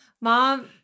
mom